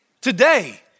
today